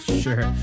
Sure